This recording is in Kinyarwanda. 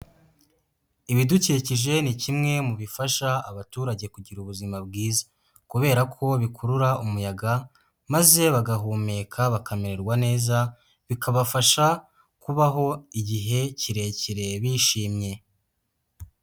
Ibidukikije ni kimwe mu bifasha abaturage kugira ubuzima bwiza. Kubera ko bikurura umuyaga, maze bagahumeka bakamererwa neza, bikabafasha kubaho igihe kirekire bishimye.